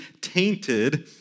tainted